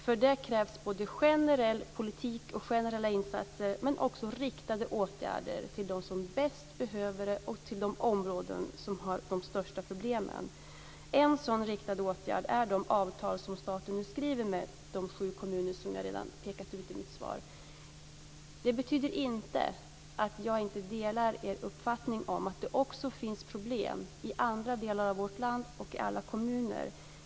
För det krävs både generell politik och generella insatser men också riktade åtgärder till dem som bäst behöver det och till de områden som har de största problemen. En sådan riktad åtgärd är de avtal som staten nu skriver med de sju kommuner som jag pekat ut i mitt svar. Det betyder inte att jag inte delar er uppfattning om att det också finns problem i andra delar av vårt land och i alla kommuner.